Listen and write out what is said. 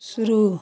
शुरू